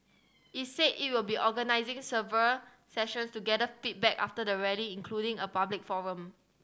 it said it will be organising several sessions to gather feedback after the Rally including a public forum